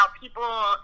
people